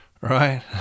right